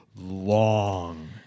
long